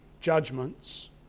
judgments